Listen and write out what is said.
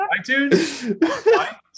iTunes